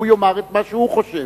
והוא יאמר את מה שהוא חושב.